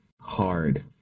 hard